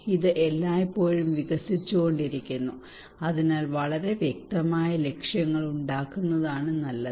ഇത് എല്ലായ്പ്പോഴും വികസിച്ചുകൊണ്ടിരിക്കുന്നു അതിനാൽ വളരെ വ്യക്തമായ ലക്ഷ്യങ്ങൾ ഉണ്ടാക്കുന്നതാണ് നല്ലത്